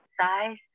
size